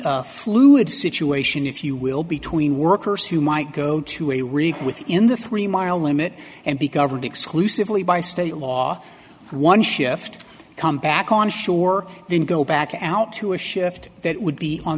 fluid situation if you will between workers who might go to a request in the three mile limit and be governed exclusively by state law one shift come back onshore then go back out to a shift that would be on